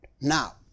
Now